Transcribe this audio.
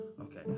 Okay